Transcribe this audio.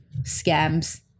scams